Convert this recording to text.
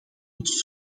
het